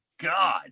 God